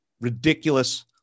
ridiculous